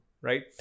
right